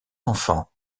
enfants